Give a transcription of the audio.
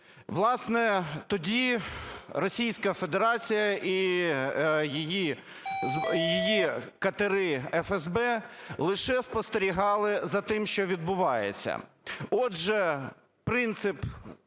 Власне, тоді Російська Федерація і її катери ФСБ лише спостерігали за тим, що відбувається. Отже принцип